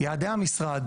יעדי המשרד,